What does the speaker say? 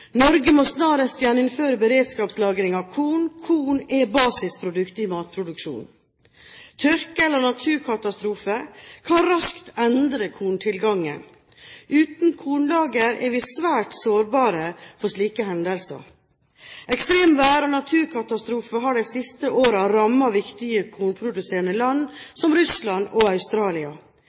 Norge må snarest gjeninnføre beredskapslagring av korn. Korn er basisproduktet i matproduksjonen. Tørke eller naturkatastrofer kan raskt endre korntilgangen. Uten kornlager er vi svært sårbare for slike hendelser. Ekstremvær og naturkatastrofer har det siste året rammet viktige kornproduserende land, som Russland og Australia.